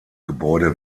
gebäude